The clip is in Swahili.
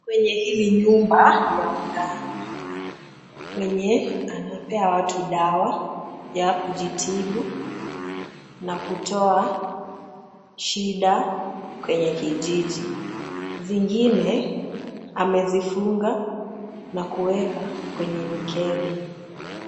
Kwenye hili nyumba ni ya mganga mwenye anapea watu dawa ya kujitibu na kutoa shida kwenye kijiji. Zingine amezifunga na kuweka kwenye mikebe.